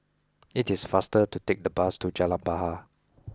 it is faster to take the bus to Jalan Bahar